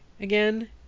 again